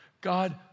God